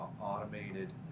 automated